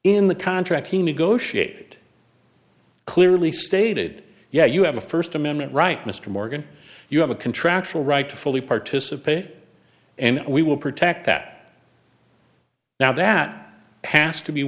in the contract he negotiate clearly stated yeah you have a first amendment right mr morgan you have a contractual right to fully participate and we will protect that now that has to be